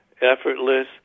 effortless